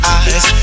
eyes